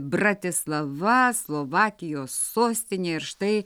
bratislava slovakijos sostinė ir štai